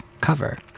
cover